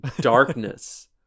darkness